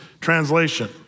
translation